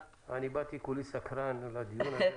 אני באתי כולי סקרן לדיון.